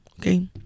okay